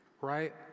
right